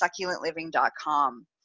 succulentliving.com